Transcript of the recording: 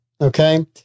Okay